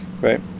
Right